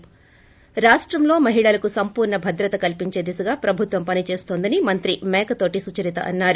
ి రాష్టంలో మహిళలకు సంపూర్ణ భద్రత కల్పించే దిశగా ప్రభుత్వం పనిచేస్తోందని మంత్రి మేకతోటి సుచరిత అన్నారు